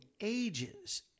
ages